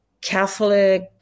Catholic